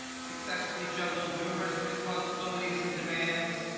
successfully juggled numerous responsibilities and demands,